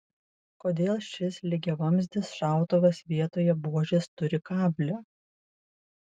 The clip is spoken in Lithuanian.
kodėl šis lygiavamzdis šautuvas vietoje buožės turi kablį